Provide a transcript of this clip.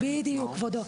בדיוק, כבודו.